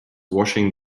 washing